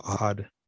odd